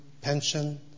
pension